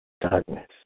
darkness